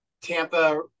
Tampa